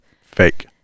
Fake